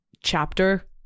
chapter